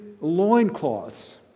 loincloths